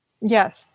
yes